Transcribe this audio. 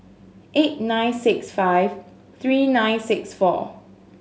eight nine six five three nine six four